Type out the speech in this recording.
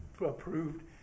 approved